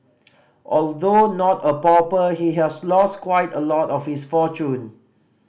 although not a pauper he has lost quite a lot of his fortune